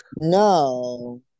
no